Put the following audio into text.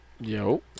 Yo